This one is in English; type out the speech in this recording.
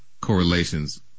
correlations –